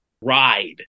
ride